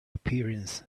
appearance